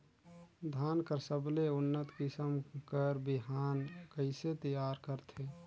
धान कर सबले उन्नत किसम कर बिहान कइसे तियार करथे?